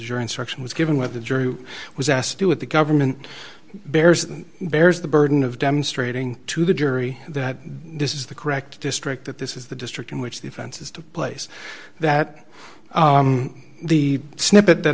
jury instruction was given whether the jury was asked to do it the government bears bears the burden of demonstrating to the jury that this is the correct district that this is the district in which the offenses took place that the snippet that